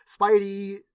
Spidey